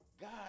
God